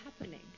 happening